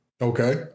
okay